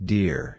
Dear